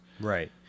right